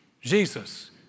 Jesus